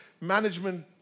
management